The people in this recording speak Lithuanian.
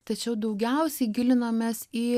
tačiau daugiausiai gilinomės į